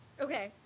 Okay